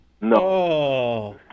No